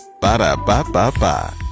Ba-da-ba-ba-ba